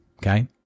okay